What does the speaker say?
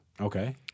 Okay